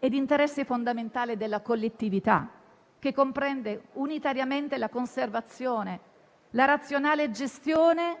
ed interesse fondamentale della collettività che comprende unitariamente la conservazione, la razionale gestione